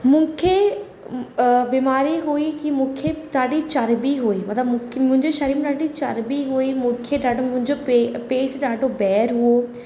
मूंखे बीमारी हुई की मूंखे ॾाढी चर्ॿी हुई मतिलबु मूंख मुंहिंजे शरीर में ॾाढी चर्ॿी हुई मूंखे ॾाढो मुंहिंजो पे पेटु ॾाढो ॿाहिरि हुओ